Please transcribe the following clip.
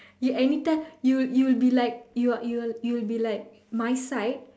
you anytime you'll you'll be like you're you'll you'll be like my side